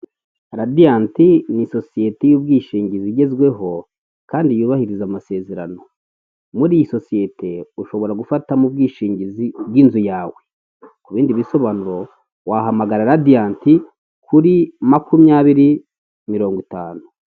Radiyanti ni sosiyete y'ubwishingizi igezweho kandi yubahiriza amasezerano. Muri iyi sosiyete ushobora gufatamo ubwishingizi bw'inzu yawe. Ku bindi bisobanuro wahamagara radiyanti kuri makumyabiri mirongo itanu.